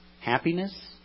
Happiness